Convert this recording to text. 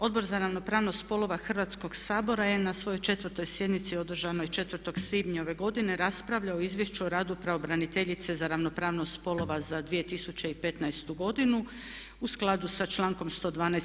Odbor za ravnopravnost spolova Hrvatskog sabora je na svojoj 4.sjednici održanoj 4. svibnja ove godine raspravljao o Izvješću o radu pravobraniteljice za ravnopravnost spolova za 2015.godinu u skladu sa člankom 112.